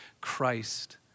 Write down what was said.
Christ